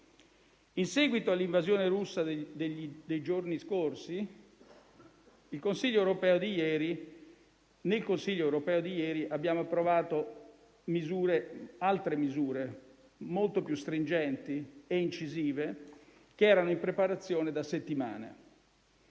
In seguito all'invasione russa dei giorni scorsi, nel Consiglio europeo di ieri abbiamo approvato altre misure molto più stringenti e incisive, che erano in preparazione da settimane.